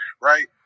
right